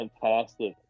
fantastic